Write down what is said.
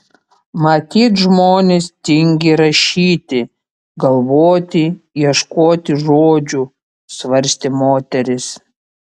matyt žmonės tingi rašyti galvoti ieškoti žodžių svarstė moteris